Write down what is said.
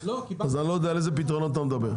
אז אני לא יודע על איזה פתרונות אתה מדבר.